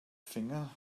finger